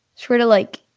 sort of, like,